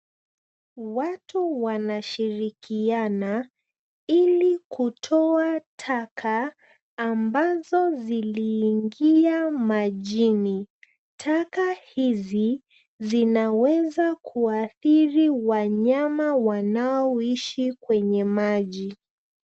Watu wanashirikiana ili kutoa taka ambazo ziliingia majini. Taka hizi zinaweza kuathiri wanyama wanaoishi kwenye maji.